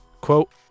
Quote